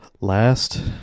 Last